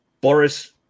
Boris